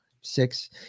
six